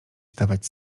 stawać